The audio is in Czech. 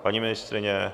Paní ministryně?